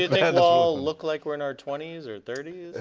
and all look like we are in our twenty s or thirty